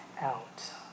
out